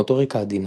מוטוריקה עדינה